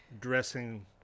dressing